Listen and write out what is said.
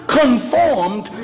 conformed